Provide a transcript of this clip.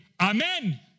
amen